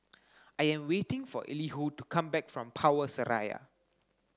I am waiting for Elihu to come back from Power Seraya